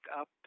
up